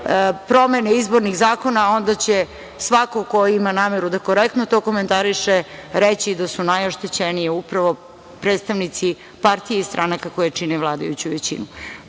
promene izbornih zakona, onda će svako ko ima nameru da korektno to komentariše reći da su najoštećenije upravo predstavnici partija i stranaka koje čine vladajuću većinu. Mi